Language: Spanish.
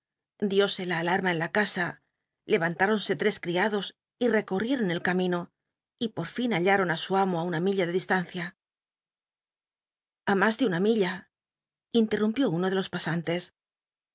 suelo diósc la alanna en la casa levant ironse lles cl'iados y teconieton el camino y por fin hallaton i su amo i una milla de distancia a mas de una milla interrutllpió uno de lo pasantes